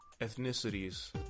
ethnicities